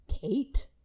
Kate